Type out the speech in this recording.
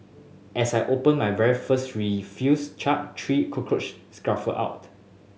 as I opened my very first refuse chute three cockroach scurried out